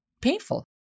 painful